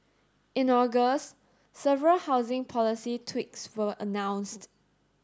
in August several housing policy tweaks were announced